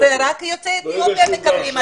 רק יוצאי אתיופיה מקבלים,